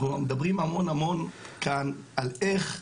אנחנו מדברים המון המון כאן על איך,